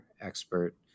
expert